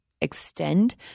extend